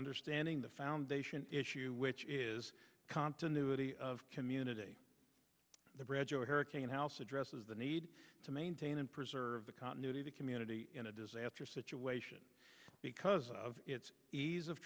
understanding the foundation issue which is continuity of community the bridge over hurricane and house addresses the need to maintain and preserve the continuity of the community in a disaster situation because of its ease of